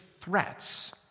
threats